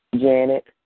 Janet